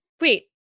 Wait